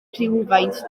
rhywfaint